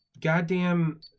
goddamn